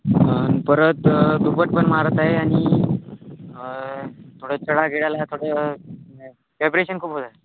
आणि परत दुबत पण मारत आहे आणि थोडं चढा गीडाला थोडं पेपरेशन खूप होतं आहे